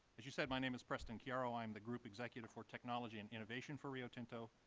as you said, my name is preston chiaro. i am the group executive for technology and innovation for rio tinto.